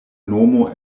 nomo